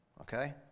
okay